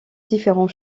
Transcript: différents